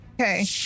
Okay